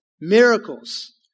Miracles